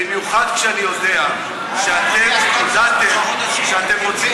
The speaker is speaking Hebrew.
במיוחד כשאני יודע שאתם הודעתם שאתם רוצים